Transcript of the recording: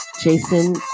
Jason